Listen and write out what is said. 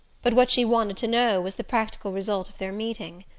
but what she wanted to know was the practical result of their meeting.